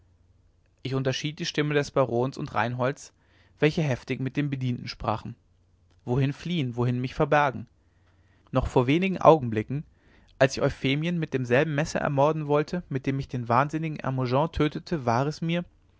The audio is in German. ich unterschied die stimme des barons und reinholds welche heftig mit den bedienten sprachen wohin fliehen wohin mich verbergen noch vor wenig augenblicken als ich euphemien mit demselben messer ermorden wollte mit dem ich den wahnsinnigen hermogen tötete war es mir